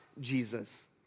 Jesus